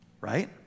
Right